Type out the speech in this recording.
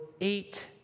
eight